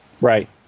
right